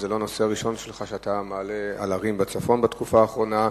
וזה לא הנושא הראשון שאתה מעלה על ערים בצפון בתקופה האחרונה.